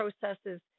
processes